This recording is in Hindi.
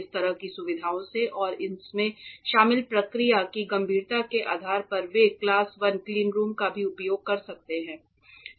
इस तरह की सुविधाओं से और इसमें शामिल प्रक्रिया की गंभीरता के आधार पर वे एक क्लास वन क्लीनरूम का भी उपयोग कर सकते हैं